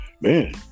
man